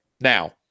now